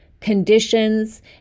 conditions